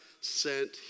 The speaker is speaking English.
sent